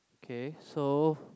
okay so